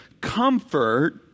comfort